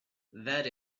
that